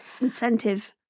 Incentive